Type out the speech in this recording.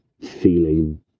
feeling